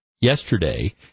yesterday